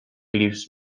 lives